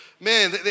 man